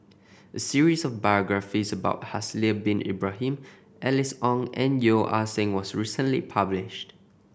a series of biographies about Haslir Bin Ibrahim Alice Ong and Yeo Ah Seng was recently published